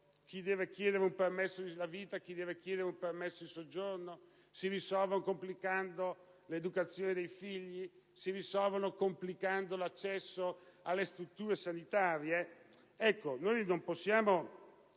chi deve chiedere un permesso di soggiorno? Si risolvono complicando l'educazione dei figli o l'accesso alle strutture sanitarie?